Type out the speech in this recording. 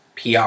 PR